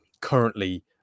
currently